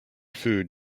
food